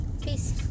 Peace